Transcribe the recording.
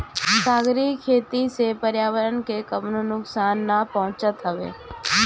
सागरी खेती से पर्यावरण के कवनो नुकसान ना पहुँचत हवे